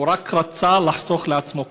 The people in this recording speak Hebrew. הוא רק רצה לחסוך לעצמו כסף.